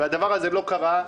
הדבר הזה לא קרה.